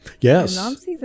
Yes